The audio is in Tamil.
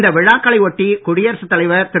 இந்த விழாக்களை ஒட்டி குடியரசுத் தலைவர் திரு